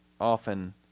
often